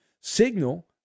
signal